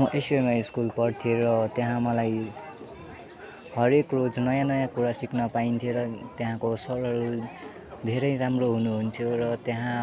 म SUMI school पढ्थेँ र त्यहाँ मलाई हरेक रोज नयाँ नयाँ कुरा सिक्न पाइन्थ्यो र त्यहाँको सरहरू धेरै राम्रो हुनुहुन्थ्यो र त्यहाँ